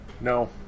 No